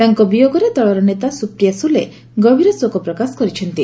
ତାଙ୍କ ବିୟୋଗରେ ଦଳର ନେତା ସୁପ୍ରିୟା ସ୍କୁଲେ ଗଭୀର ଶୋକ ପ୍ରକାଶ କରିଛନ୍ତି